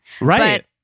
Right